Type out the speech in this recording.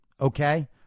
Okay